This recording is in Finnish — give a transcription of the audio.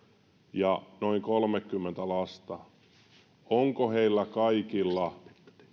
ja noin kolmekymmentä lasta onko heillä kaikilla